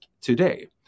today